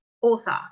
author